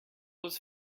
was